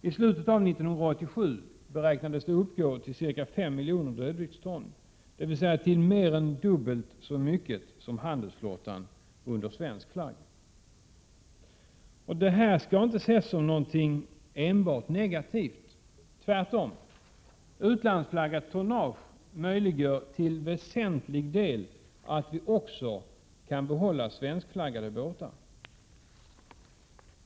I slutet av 1987 beräknades det uppgå till 5 miljoner dödvikston — dvs. till mer än dubbelt så mycket som handelsflottan under svensk flagg. Detta skall inte ses som någonting som enbart är negativt — tvärtom. Utlandsflaggat tonnage möjliggör ju till stor del att vi kan behålla svenskflaggade båtar.